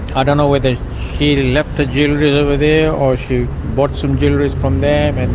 i don't know whether she left the jewellery over there, or she bought some jewellery from them, and